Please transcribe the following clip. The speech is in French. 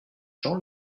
jean